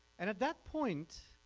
and at that point